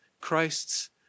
Christ's